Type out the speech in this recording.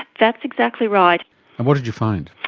that's exactly right. and what did you find?